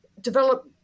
develop